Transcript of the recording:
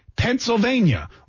Pennsylvania